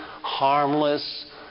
harmless